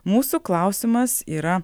mūsų klausimas yra